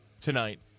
tonight